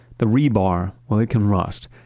the rebar, where it can rust,